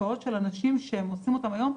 בתופעות שאנשים עושים היום,